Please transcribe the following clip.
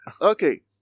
okay